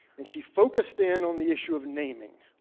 and she focused in on the issue of naming,